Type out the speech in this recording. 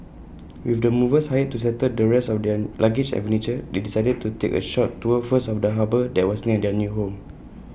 with the movers hired to settle the rest of their luggage and furniture they decided to take A short tour first of the harbour that was near their new home